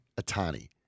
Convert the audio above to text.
Atani